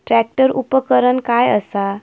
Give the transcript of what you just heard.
Tractor उपकरण काय असा?